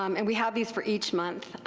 um and we have these for each month,